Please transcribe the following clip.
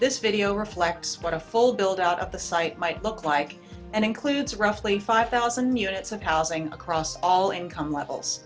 this video reflects what a full build out of the site might look like and includes roughly five thousand units of housing across all income levels